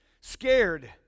Scared